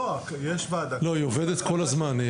לא, היא עובדת כל הזמן.